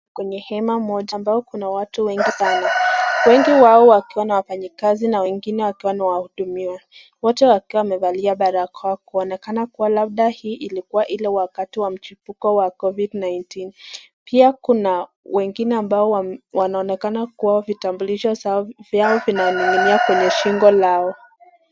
Kwenye hema moja ambayo kuna watu wengi sana. Wengi wao wakiwa na wafanyakazi na wengine wakiwa wana wahudumia wote wakiwa wamevalia barakoa kuonekana labda hii ilikuwa mchumbuko wa Covid 19.Pia kuna wengine ambao wanaonekana vitambulisho zao vyao vinaminia shingo lao.